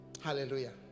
Hallelujah